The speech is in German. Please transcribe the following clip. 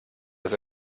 dass